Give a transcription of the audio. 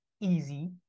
easy